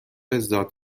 زاد